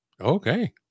Okay